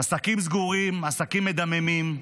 עסקים סגורים, עסקים מדממים,